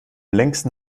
längsten